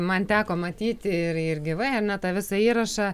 man teko matyti ir ir gyvai ar ne tą visą įrašą